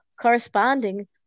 corresponding